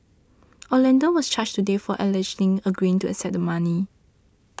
Orlando was charged today for allegedly agreeing to accept the money